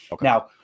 Now